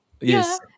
Yes